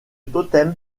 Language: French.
totem